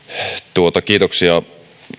kiitoksia